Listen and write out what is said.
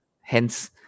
Hence